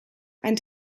ein